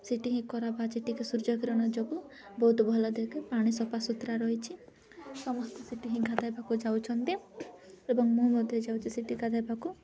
ସେଇଠି ହିଁ ଖରା ବାଜେ ଟିକିଏ ସୂର୍ଯ୍ୟକିରଣ ଯୋଗୁଁ ବହୁତ ଭଲ ଦେହକୁ ପାଣି ସଫା ସୁୁତୁରା ରହିଛି ସମସ୍ତେ ସେଇଠି ହିଁ ଗାଧୋଇବାକୁ ଯାଉଛନ୍ତି ଏବଂ ମୁଁ ମଧ୍ୟ ଯାଉଛି ସେଇଠି ଗାଧୋଇବାକୁ